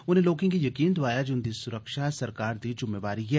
उनें लोकें गी यकीन दोआया जे उंदी सुरक्षा सरकार दी जुम्मेवारी ऐ